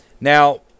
Now